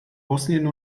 bosnien